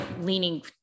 leaning